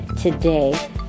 today